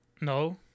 no